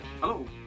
Hello